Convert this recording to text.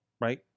Right